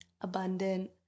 abundant